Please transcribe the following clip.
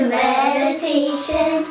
meditation